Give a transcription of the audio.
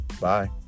Bye